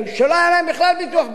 שלא היה להם בכלל ביטוח בריאות.